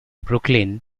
brooklyn